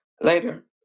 later